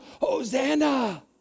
Hosanna